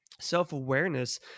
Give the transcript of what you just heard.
self-awareness